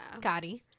gotti